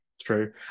true